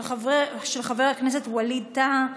מס' 1351, של חבר הכנסת ווליד טאהא.